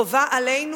חובה עלינו,